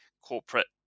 corporate